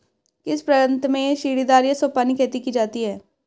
किस प्रांत में सीढ़ीदार या सोपानी खेती की जाती है?